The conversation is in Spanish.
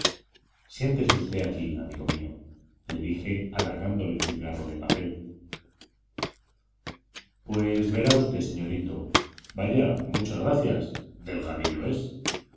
siéntese usted aquí amigo mío le dije alargándole un cigarro de papel pues verá usted señorito vaya muchas gracias delgadillo es